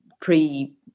pre